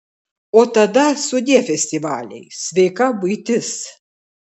o tada sudie festivaliai sveika buitis